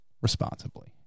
responsibly